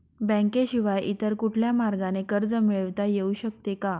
बँकेशिवाय इतर कुठल्या मार्गाने कर्ज मिळविता येऊ शकते का?